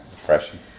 Depression